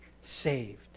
saved